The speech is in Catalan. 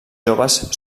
joves